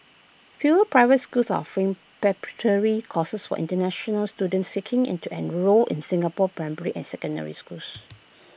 fewer private schools offering preparatory courses for International students seeking into enrol in Singapore's primary and secondary schools